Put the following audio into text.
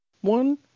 one